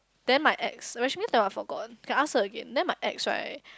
then my ex Rasmita I forgot can ask her again then my ex right